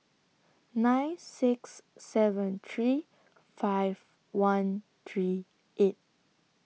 nine six seven three five one three eight